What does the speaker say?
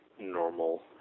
normal